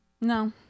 No